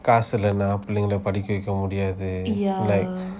காசு இல்லனா பிள்ளைங்களை படிக்கச் வைக்க முடியாது:kaasu illana pilaingala padika veika mudiyathu like